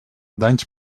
danys